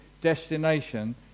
destination